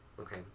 okay